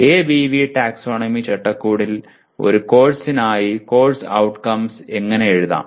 ABV taxonomy ചട്ടക്കൂടിൽ ഒരു കോഴ്സിനായി കോഴ്സ് ഔട്ട്കംസ് എങ്ങനെ എഴുതാം